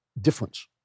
difference